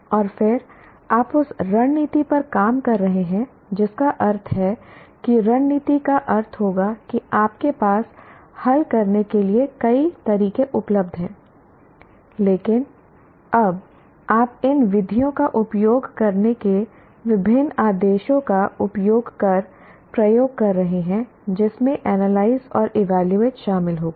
और फिर आप उस रणनीति पर काम कर रहे हैं जिसका अर्थ है कि रणनीति का अर्थ होगा कि आपके पास हल करने के लिए कई तरीके उपलब्ध हैं लेकिन अब आप इन विधियों का उपयोग करने के विभिन्न आदेशों का उपयोग कर प्रयोग कर रहे हैं जिसमें एनालाइज और ईवैल्यूवेट शामिल होगा